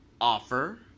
offer